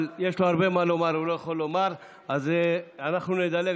יש לו הרבה מה לומר לו אבל הוא לא יכול לומר אז אנחנו נדלג.